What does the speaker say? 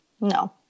No